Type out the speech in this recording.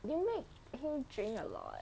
you make him drink a lot